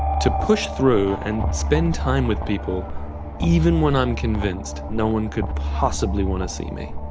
to push through and spend time with people even when i'm convinced no one could possibly want to see me.